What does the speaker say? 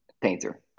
painter